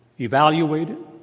evaluated